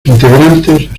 integrantes